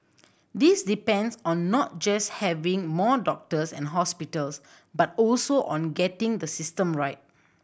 this depends on not just having more doctors and hospitals but also on getting the system right